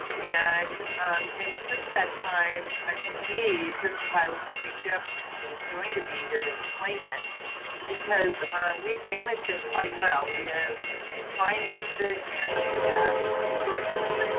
and um and since that time, i believe, this is why i was hoping jeff was going to be here to explain it because we've managed it quite well. we have refinanced it and we have shortened,